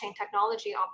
technology